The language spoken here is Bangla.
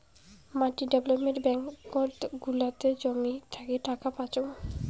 মাটি ডেভেলপমেন্ট ব্যাঙ্কত গুলাতে জমি থাকি টাকা পাইচুঙ